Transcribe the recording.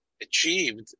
achieved